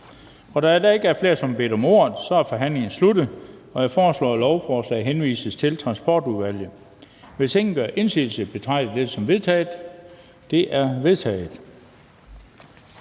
Da der ikke er flere, som har bedt om ordet, er forhandlingen sluttet. Jeg foreslår, at lovforslaget henvises til Transportudvalget. Hvis ingen gør indsigelse, betragter jeg det som vedtaget. Det er vedtaget.